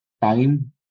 time